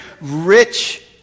rich